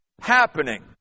happening